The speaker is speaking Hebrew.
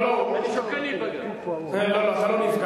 לא לא, אתה לא נפגעת.